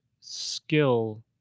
skill